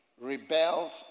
rebelled